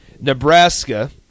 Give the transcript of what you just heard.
Nebraska